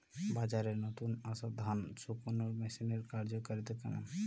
বাজারে নতুন আসা ধান শুকনোর মেশিনের কার্যকারিতা কেমন?